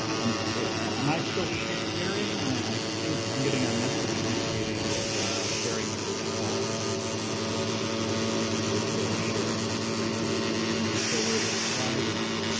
um am i still sharing? i think i'm getting a message indicating that sharing has been paused. i don't know if that's we're still sharing my screen, did we just move forward to slide or not?